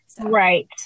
Right